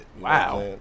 Wow